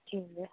ঠিকে